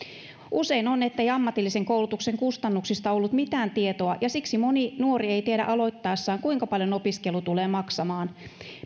usein on ettei ammatillisen koulutuksen kustannuksista ollut mitään tietoa ja siksi moni nuori ei tiedä aloittaessaan kuinka paljon opiskelu tulee maksamaan